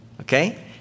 Okay